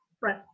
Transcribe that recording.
Right